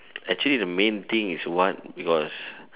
actually the main thing is what because